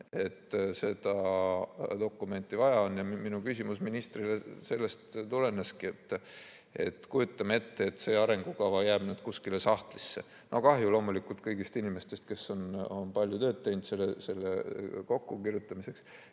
et seda dokumenti vaja on. Minu küsimus ministrile sellest tuleneski. Kujutame ette, et see arengukava jääb kuskile sahtlisse. Siis on kahju loomulikult kõigist inimestest, kes on palju tööd teinud selle kokkukirjutamiseks.